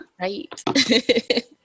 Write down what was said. right